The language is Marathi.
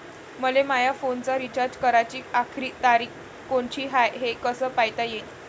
मले माया फोनचा रिचार्ज कराची आखरी तारीख कोनची हाय, हे कस पायता येईन?